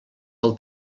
del